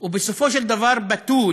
בסופו של דבר בתול